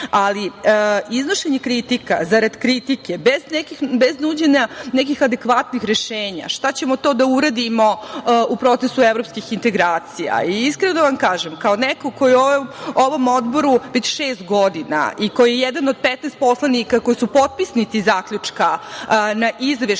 ali iznošenje kritika zarad kritike, bez nuđenja nekih adekvatnih rešenja, šta ćemo to da uradimo u procesu evropskih integracija. Iskreno da vam kažem, kao neko ko je u ovom Odboru već šest godina i ko je jedan od 15 poslanika koji su potpisnici zaključka na Izveštaj